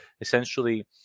essentially